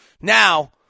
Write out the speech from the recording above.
Now